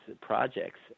projects